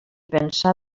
pensar